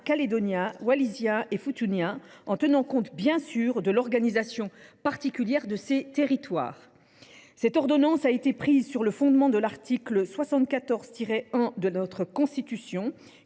calédoniens, wallisiens et futuniens, en tenant compte, bien sûr, de l’organisation particulière de ces territoires. Cette ordonnance a été prise sur le fondement de l’article 74 1 de notre Constitution,